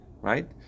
right